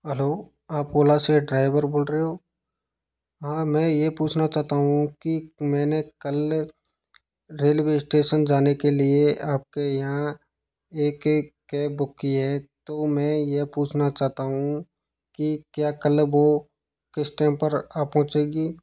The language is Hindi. हलो आप ओला से ड्राईवर बोल रहे हो हाँ मैं ये पूछना चाहता हूँ कि मैंने कल रेलवे स्टेसन जाने के लिए आपके यहाँ एक कैब बुक की है तो मैं यह पूछना चाहता हूँ की क्या कल वो किस टाइम पर आ पहुंचेगी